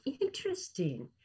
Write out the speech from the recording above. interesting